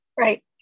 Right